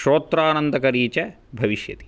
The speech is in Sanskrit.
श्रोत्राऽऽनन्दकरी च भविष्यति